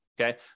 Okay